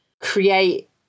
create